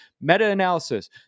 Meta-analysis